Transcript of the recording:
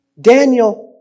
Daniel